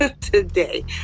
today